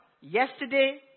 yesterday